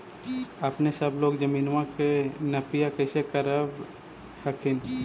अपने सब लोग जमीनमा के नपीया कैसे करब हखिन?